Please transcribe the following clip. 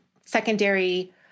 secondary